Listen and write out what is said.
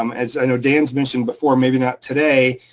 um as i know dan's mentioned before, maybe not today,